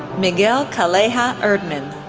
miguel calleja erdmann,